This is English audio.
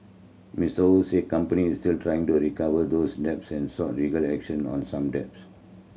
Mister Ho said company is still trying to recover those debts and sought legal action on some debts